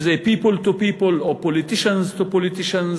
אם זה People to People או Politicians to Politicians,